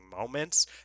moments